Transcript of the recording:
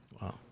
Wow